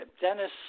Dennis